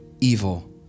evil